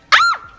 oh,